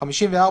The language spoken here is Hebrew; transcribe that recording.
התשע"ט 2018,